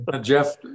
Jeff